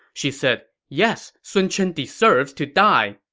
she said, yes, sun chen deserves to die.